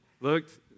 looked